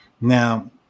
Now